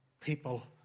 people